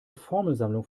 formelsammlung